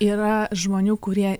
yra žmonių kurie